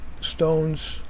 stones